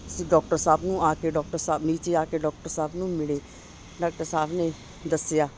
ਅਸੀਂ ਡੋਕਟਰ ਸਾਹਿਬ ਨੂੰ ਆ ਕੇ ਡੋਕਟਰ ਸਾਹਿਬ ਨੀਚੇ ਆ ਕੇ ਡੋਕਟਰ ਸਾਹਿਬ ਨੂੰ ਮਿਲੇ ਡਾਕਟਰ ਸਾਹਿਬ ਨੇ ਦੱਸਿਆ